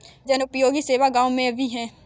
क्या जनोपयोगी सेवा गाँव में भी है?